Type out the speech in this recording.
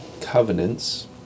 covenants